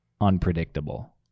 unpredictable